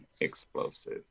explosive